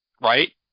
right